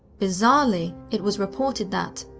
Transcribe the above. bizarrely, it was reported that,